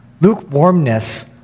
Lukewarmness